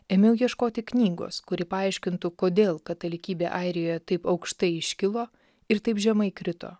ėmiau ieškoti knygos kuri paaiškintų kodėl katalikybė airijoje taip aukštai iškilo ir taip žemai krito